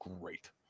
great